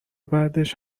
بعدش